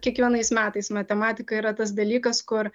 kiekvienais metais matematika yra tas dalykas kur